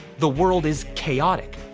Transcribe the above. the world is chaotic.